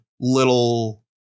little